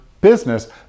business